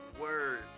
Word